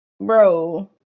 bro